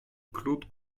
claude